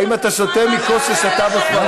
האם אתה שותה מכוס ששתה ממנה ספרדי?